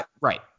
right